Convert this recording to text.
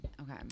Okay